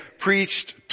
preached